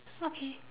okay